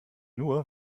nur